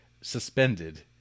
suspended